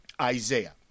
Isaiah